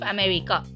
America